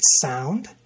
sound